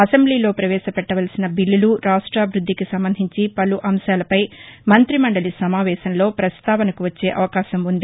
అసెంబ్లీలో పవేశ పెట్టవలసిన బిల్లలు రాష్టాభివృద్ధికి సంబంధించి పలు అంశాలపై మంత్రి మండలి సమావేశంలో పస్తావనకు వచ్చే అవకాశం వుంది